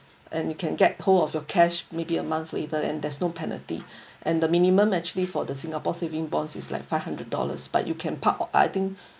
and you can get hold of your cash maybe a month later and there's no penalty and the minimum actually for the singapore saving bonds is like five hundred dollars but you can park o~ I think